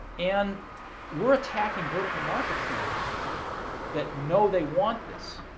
and we're attacking vertical markets now that know they want this.